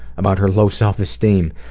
about her low self-esteem,